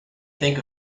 think